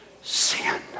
sin